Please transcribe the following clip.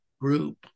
group